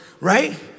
right